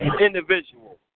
individual